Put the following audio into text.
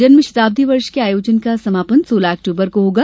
जन्म शताब्दी वर्ष के आयोजनों का समापन सोलह अक्टूबर को होगा